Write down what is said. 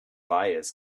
bias